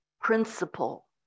principle